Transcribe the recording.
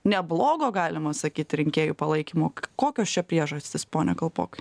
neblogo galima sakyt rinkėjų palaikymo kokios čia priežastys pone kalpokai